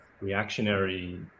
reactionary